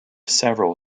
several